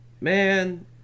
Man